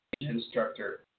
Instructor